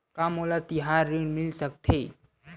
का मोला तिहार ऋण मिल सकथे?